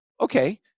Okay